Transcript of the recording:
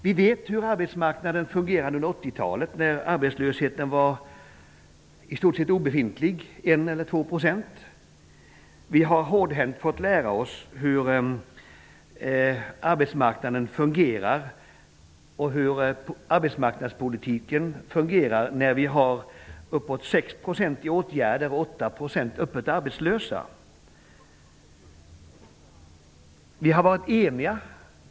Vi vet hur arbetsmarknaden fungerade under 80-talet, när arbetslösheten var i stort sett obefintlig, 1 eller 2 %. Vi har hårdhänt fått lära oss hur arbetsmarknaden fungerar och hur arbetsmarknadspolitiken fungerar när vi har uppåt 6 % i åtgärder och 8 % öppet arbetslösa.